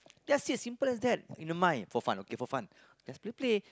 that's it simple as that in the mind for fun okay for fun just play play